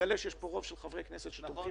תגלה שיש פה רוב של חברי כנסת שתומכים